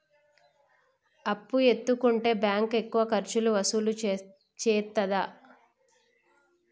అప్పు ఎత్తుకుంటే బ్యాంకు ఎక్కువ ఖర్చులు వసూలు చేత్తదా?